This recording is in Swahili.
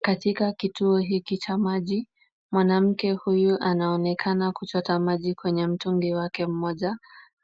Katika kituo hiki cha maji, mwanamke huyu anaonekana kuchota maji kwenye mtungi wake mmoja.